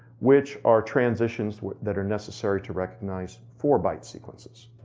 which are transitions that are necessary to recognize four byte sequences.